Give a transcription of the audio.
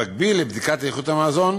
במקביל לבדיקת איכות המזון